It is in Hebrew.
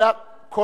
מי מוגבל בזמן?